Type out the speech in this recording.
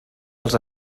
els